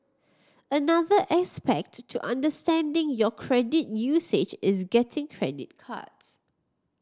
another aspect to understanding your credit usage is getting credit cards